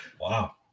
Wow